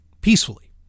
peacefully